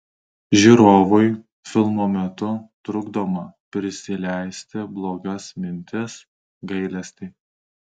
žiūrovui filmo metu trukdoma prisileisti blogas mintis gailestį